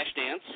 Flashdance